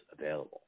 available